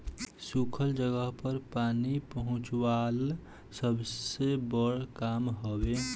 सुखल जगह पर पानी पहुंचवाल सबसे बड़ काम हवे